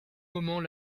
moment